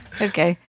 Okay